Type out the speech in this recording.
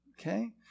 Okay